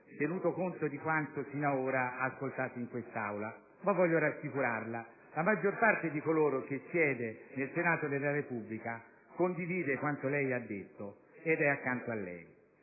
tenuto conto di quanto finora ha ascoltato in quest'Aula. Ma voglio rassicurarla: la maggior parte di coloro che siedono nel Senato della Repubblica condivide quanto ha detto, ed è accanto a lei.